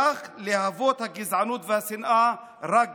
כך להבות הגזענות והשנאה רק גברו.